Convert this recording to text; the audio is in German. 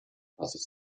passes